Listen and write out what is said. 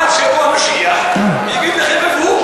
ועד שיבוא המשיח, יגיד לכם איפה הוא.